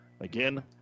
Again